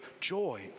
joy